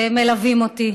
שמלווים אותי